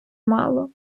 мало